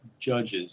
judges